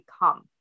become